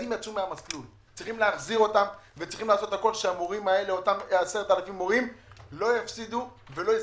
צריך לעשות הכול שאותם 10,000 מורים לא יפסידו ולא יזרקו.